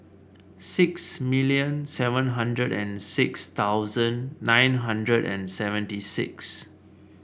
six million seven hundred and six thousand nine hundred and seventy six